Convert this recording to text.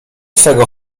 twego